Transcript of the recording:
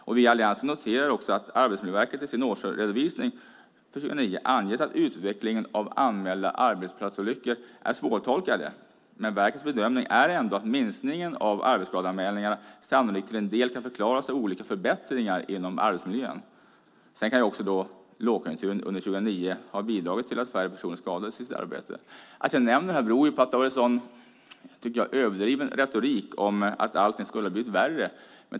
Vi i Alliansen noterar också att Arbetsmiljöverket i sin årsredovisning för 2009 angett att utvecklingen av anmälda arbetsplatsolyckor är svårtolkad, men verkets bedömning är ändå att minskningen av arbetsskadeanmälningar sannolikt till en del kan förklaras av olika förbättringar inom arbetsmiljön. Sedan kan också lågkonjunkturen under 2009 ha bidragit till att färre personer skadats i sitt arbete. Att jag nämner det här beror på att jag tycker att det har varit en sådan överdriven retorik om att allting skulle ha blivit värre.